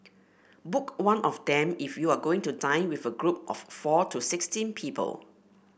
book one of them if you are going to dine with a group of four to sixteen people